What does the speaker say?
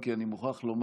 אם כי אני מוכרח לומר,